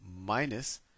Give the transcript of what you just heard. minus